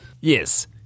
Yes